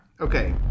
Okay